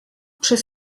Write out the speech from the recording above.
przez